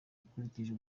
ukurikije